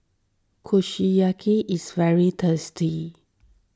Kushiyaki is very tasty